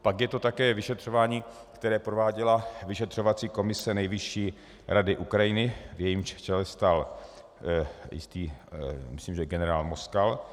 Pak je to také vyšetřování, které prováděla vyšetřovací komise Nejvyšší rady Ukrajiny, v jejímž čele stál jistý, myslím že generál Moskal.